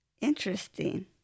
Interesting